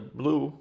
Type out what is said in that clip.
blue